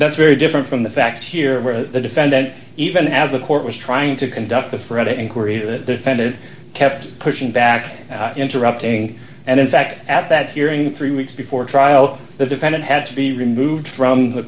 that's very different from the facts here where the defendant even as the court was trying to conduct a threat inquiry it defended kept pushing back interrupting and in fact at that hearing three weeks before trial the defendant had to be removed from the